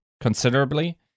considerably